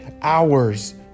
hours